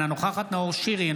אינה נוכחת נאור שירי,